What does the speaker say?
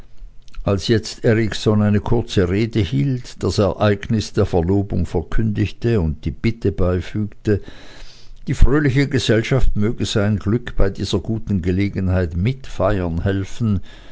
als jetzt erikson eine kurze rede hielt das ereignis der verlobung verkündigte und die bitte beifügte die fröhliche gesellschaft möchte sein glück bei dieser guten gelegenheit mitfeiern helfen